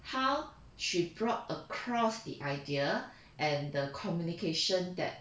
how she brought across the idea and the communication that